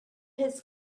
has